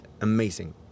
amazing